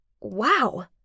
wow